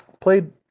Played